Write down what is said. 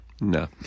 No